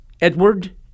Edward